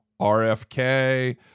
RFK